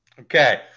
Okay